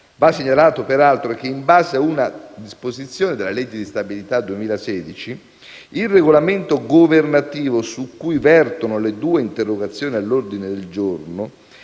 Va segnalato peraltro che, in base a una disposizione della legge di stabilità 2016, il regolamento governativo su cui vertono le due interrogazioni all'ordine del giorno